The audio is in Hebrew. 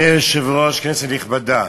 אדוני היושב-ראש, כנסת נכבדה,